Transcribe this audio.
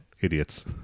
idiots